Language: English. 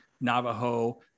Navajo